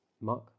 Mark